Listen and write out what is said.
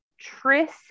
Tris